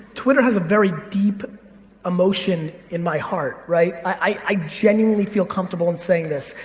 twitter has a very deep emotion in my heart, right? i genuinely feel comfortable in saying this.